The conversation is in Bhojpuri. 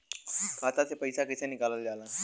खाता से पैसा कइसे निकालल जाला?